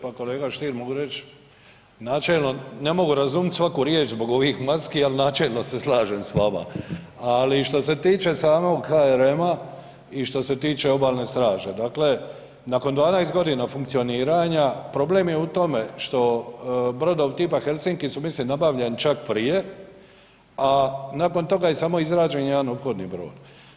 Pa kolega Stier mogu reći načelno, ne mogu razumit svaku riječ zbog ovih maski ali načelno se slažem s vama, ali šta se tiče samog HRM-a i što se tiče Obalne straže, dakle nakon 12 godina funkcioniranja problem je u tome što brodovi tipa Helsinki su mislim nabavljeni čak prije, a nakon toga je izrađen samo jedan ophodni brod.